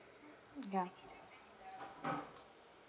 ya